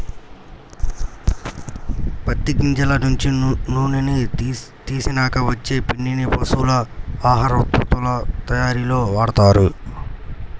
పత్తి గింజల నుంచి నూనెని తీసినాక వచ్చే పిండిని పశువుల ఆహార ఉత్పత్తుల తయ్యారీలో వాడతారు